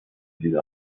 dieser